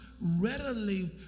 readily